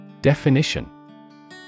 Definition